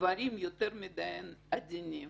דברים יותר מדי עדינים.